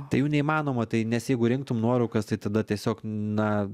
tai jų neįmanoma tai nes jeigu rinktum nuorūkas tai tada tiesiog na